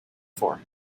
for